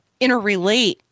interrelate